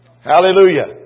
Hallelujah